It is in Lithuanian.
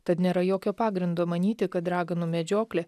tad nėra jokio pagrindo manyti kad raganų medžioklė